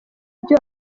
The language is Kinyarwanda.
byo